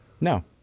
No